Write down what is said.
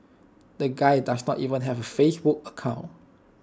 the guy does not even have A Facebook account